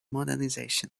modernization